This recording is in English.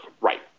Right